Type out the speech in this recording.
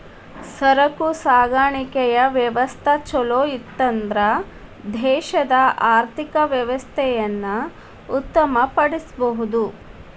ಸರಕು ಸಾಗಾಣಿಕೆಯ ವ್ಯವಸ್ಥಾ ಛಲೋಇತ್ತನ್ದ್ರ ದೇಶದ ಆರ್ಥಿಕ ವ್ಯವಸ್ಥೆಯನ್ನ ಉತ್ತಮ ಪಡಿಸಬಹುದು